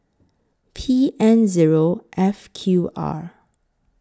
P N Zero F Q R